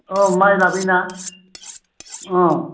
औ माइ लाबोयो ना अ